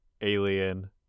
alien